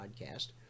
podcast